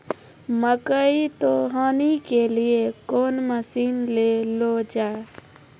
मकई तो हनी के लिए कौन मसीन ले लो जाए?